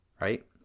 right